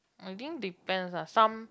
I think depends lah some